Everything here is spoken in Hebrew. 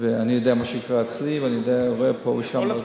אני יודע מה שקרה אצלי ואני יודע פה ושם עוד דברים.